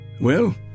Well